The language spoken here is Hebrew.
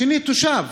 השני, תושב,